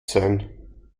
sein